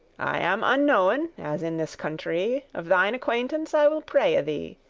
i am unknowen, as in this country. of thine acquaintance i will praye thee,